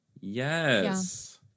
yes